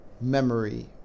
memory